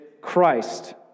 Christ